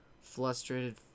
frustrated